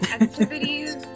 activities